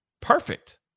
perfect